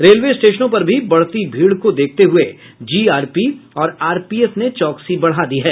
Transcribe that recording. railway स्टेशनों पर भी बढ़ती भीड़ को देखते हुये जीआरपी और आरपीएफ ने चौकसी बढ़ा दी है